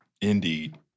Indeed